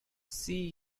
see